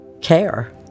care